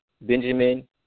Benjamin